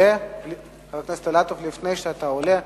חבר הכנסת אילטוב, לפני שאתה עולה,